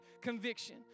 conviction